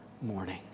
morning